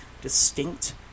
distinct